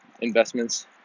investments